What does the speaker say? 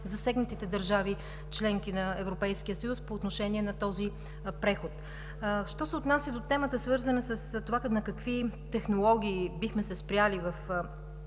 най-засегнатите държави – членки на Европейския съюз, по отношение на този преход. Що се отнася до темата, свързана с това на какви технологии бихме се спрели в